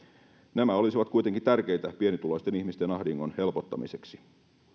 nämä olisivat kuitenkin tärkeitä pienituloisten ihmisten ahdingon helpottamiseksi